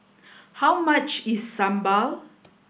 how much is Sambal